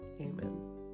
Amen